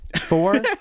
Four